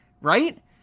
Right